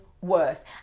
worse